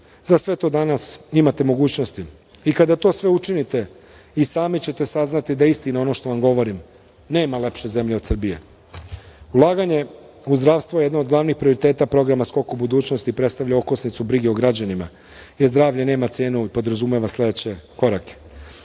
Za sve to danas imate mogućnosti. Kada sve to učinite i sami ćete saznati da je istina ono što vam govorim – nema lepše zemlje od Srbije. Ulaganje u zdravstvo je jedan od glavnih prioriteta programa „Skok u budućnost“ i predstavlja okosnicu brige o građanima, jer zdravlje nema cenu i podrazumeva sledeće korake